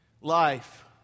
life